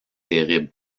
terrible